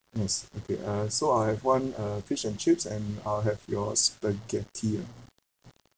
yes okay uh so I have one uh fish and chips and I will have your spaghetti lah